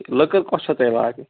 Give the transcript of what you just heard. لٔکٔر کۄس چھو تۄہہِ وارِ